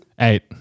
Eight